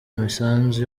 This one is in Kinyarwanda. misanzu